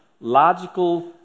logical